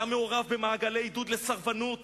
היה מעורב במעגלי עידוד לסרבנות